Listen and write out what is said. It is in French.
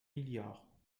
milliards